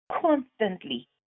Constantly